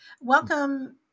welcome